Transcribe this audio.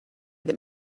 that